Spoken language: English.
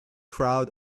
crowd